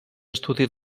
estudi